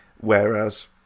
Whereas